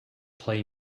play